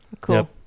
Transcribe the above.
Cool